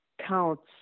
counts